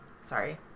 sorry